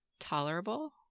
Tolerable